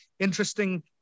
Interesting